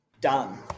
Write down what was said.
Done